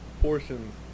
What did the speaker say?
portions